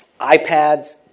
iPads